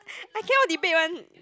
I cannot debate one